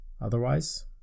Otherwise